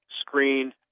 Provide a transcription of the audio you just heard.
screen